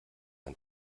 ein